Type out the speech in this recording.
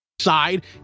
side